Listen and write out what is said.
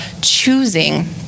choosing